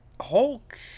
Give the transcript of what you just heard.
Hulk